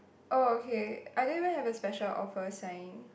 oh okay I don't even have a special offer sign